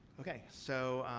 okay. so,